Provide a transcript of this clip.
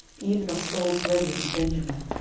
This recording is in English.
even of saul's brethren of benjamin.